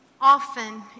Often